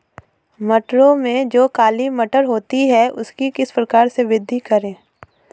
मटरों में जो काली मटर होती है उसकी किस प्रकार से वृद्धि करें?